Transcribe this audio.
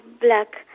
black